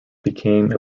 became